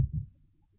ధన్యవాదాలు